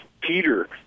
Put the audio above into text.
Peter